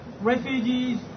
refugees